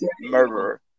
murderer